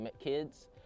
kids